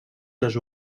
les